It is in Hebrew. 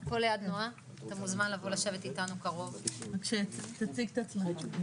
אמרתי את הדברים, ואני באמת מתכוון אליהם.